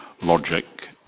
logic